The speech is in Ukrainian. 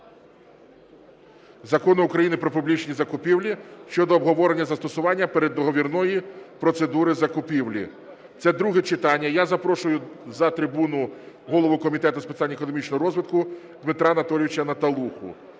Закону України "Про публічні закупівлі" щодо обговорення застосування переговорної процедури закупівлі, це друге читання. Я запрошую за трибуну голову Комітету з питань економічного розвитку Дмитра Анатолійовича Наталуху.